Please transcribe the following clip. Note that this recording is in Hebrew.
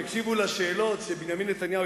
תקשיבו לשאלות של בנימין נתניהו.